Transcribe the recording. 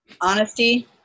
honesty